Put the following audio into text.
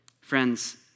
Friends